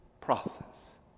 process